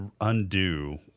undo